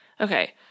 Okay